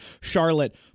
Charlotte